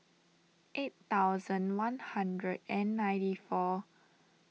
eight thousand one hundred and ninety four